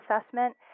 assessment